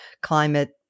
climate